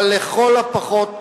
אבל לכל הפחות תיעדרו.